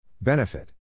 Benefit